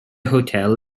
hotel